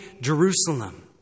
Jerusalem